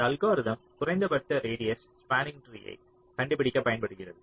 இந்த அல்கோரிதம் குறைந்தபட்ச radius spanning ட்ரீயை கண்டுபிடிக்க பயன்படுகிறது